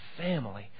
family